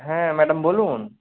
হ্যাঁ ম্যাডাম বলুন